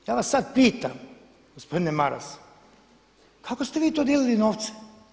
Ja vas sad pitam gospodine Maras kako ste vi to dijelili novce?